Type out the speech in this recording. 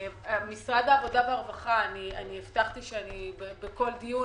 הבטחתי שבכל דיון